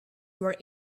were